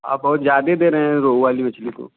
हाँ बहुत ज्यादे ही दे रहे हैं वो वाली मछली को